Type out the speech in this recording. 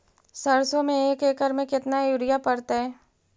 सरसों में एक एकड़ मे केतना युरिया पड़तै?